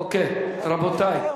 אוקיי, רבותי.